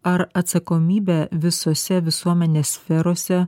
ar atsakomybę visose visuomenės sferose